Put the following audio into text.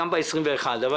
גם בכנסת העשרים-ואחת,